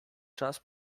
czas